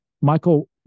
Michael